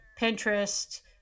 Pinterest